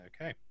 Okay